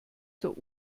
der